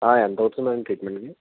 ఎంత అవుతుంది మేడం ట్రీట్మెంట్కి